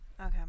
Okay